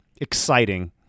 exciting